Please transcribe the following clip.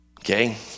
Okay